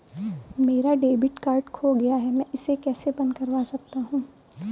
मेरा debit card खो गया है मैं इसे कैसे बंद करवा सकता हूँ?